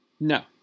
No